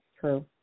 True